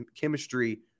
chemistry